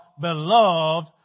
beloved